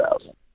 thousand